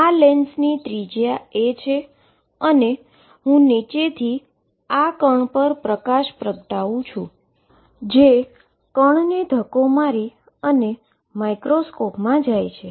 આ લેન્સની radius a છે અને હું નીચેથી આ પાર્ટીકલ પર લાઈટ પ્રગટાવું છું જે પાર્ટીકલને ધક્કો મારી અને માઇક્રોસ્કોપમાં જાય છે